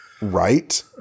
Right